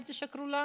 אל תשקרו לנו.